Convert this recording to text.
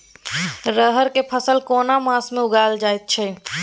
रहर के फसल केना मास में उगायल जायत छै?